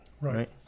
Right